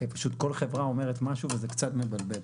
פשוט כל חברה אומרת משהו וזה קצת מבלבל.